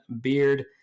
Beard